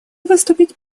выступать